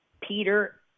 Peter